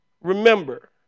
remember